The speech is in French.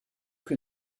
que